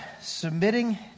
Submitting